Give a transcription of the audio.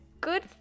good